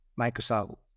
Microsoft